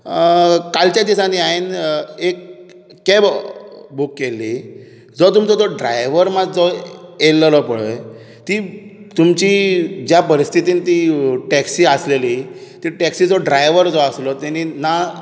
कालच्या दिसा न्ही हांवें एक कॅब बूक केल्ली जो तुमचो जो ड्रायवर मात जो येयल्ललो पळय ती तुमची ज्या परिस्थितीन ती टॅक्सी आसलेली ते टॅक्सीचो ड्रायवर जो आसलो ताणी ना